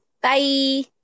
Bye